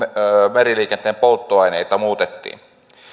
meriliikenteen polttoaineita muutettiin